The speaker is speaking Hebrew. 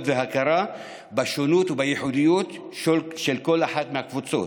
והכרה בשונות ובייחודיות של כל אחת מהקבוצות,